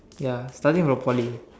yes starting from Poly